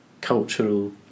Cultural